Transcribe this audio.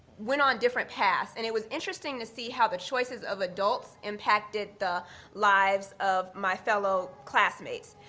went on different paths. and it was interesting to see how the choices of adults impacted the lives of my fellow classmates.